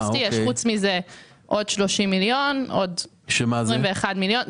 פרט לכך יש עוד 30 מיליון, עוד 21 מיליון.